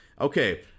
okay